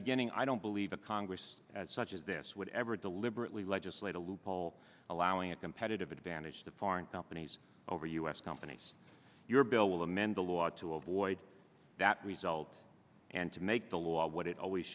beginning i don't believe that congress as such as this would ever deliberately legislate a loophole allowing a competitive advantage to foreign companies over u s companies your bill will amend the law to avoid that we felt and to make the law what it always